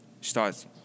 starts